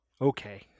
Okay